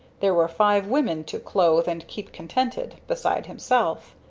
there were five women to clothe and keep contented, beside himself.